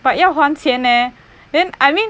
but 要还钱 leh then I mean